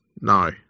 No